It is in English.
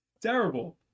Terrible